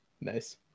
Nice